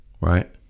right